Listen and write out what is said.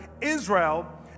Israel